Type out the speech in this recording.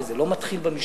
הרי זה לא מתחיל במשטרה.